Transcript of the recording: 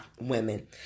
women